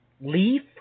leaf